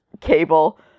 Cable